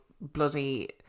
bloody